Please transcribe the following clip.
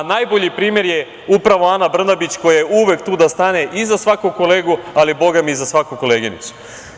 Najbolji primer je upravo Ana Brnabić koja je uvek tu da stane i za svakog kolegu, ali bogami i za svaku koleginicu.